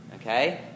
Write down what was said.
Okay